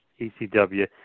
ECW